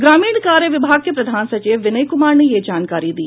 ग्रामीण कार्य विभाग के प्रधान सचिव विनय कुमार ने यह जानकारी दी